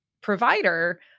provider